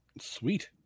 sweet